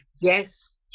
Yes